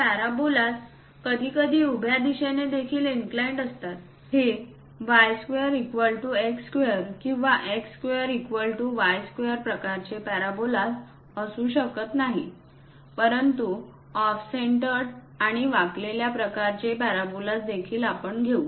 हे पॅराबोलाज कधीकधी उभ्या दिशेने देखील इनक्लाइंड असतात हे y square equal to x square किंवा x square equal to y square प्रकारचे पॅराबोलाज असू शकत नाही परंतु ऑफ सेंटर्ड आणि वाकलेल्या प्रकारचे पॅराबोलाज देखील आपण घेऊ